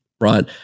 right